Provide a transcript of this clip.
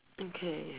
okay